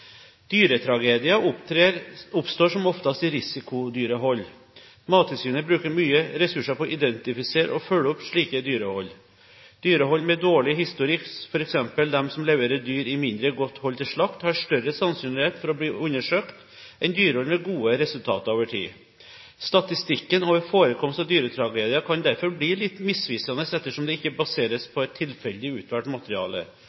Dyretragedier oppstår som oftest i risikodyrehold. Mattilsynet bruker mye ressurser på å identifisere og følge opp slike dyrehold. Dyrehold med dårlig historikk, som f.eks. de som leverer dyr i mindre godt hold til slakt, har større sannsynlighet for å bli undersøkt enn dyrehold med gode resultater over tid. Statistikken over forekomst av dyretragedier kan derfor bli litt misvisende, ettersom det ikke baseres på et tilfeldig utvalgt materiale.